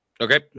Okay